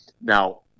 Now